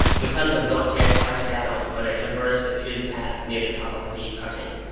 the sun was not yet quite down when i traversed the field-path near the top of the deep cutting.